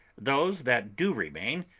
those that do remain,